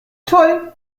toll